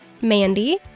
Mandy